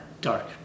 Dark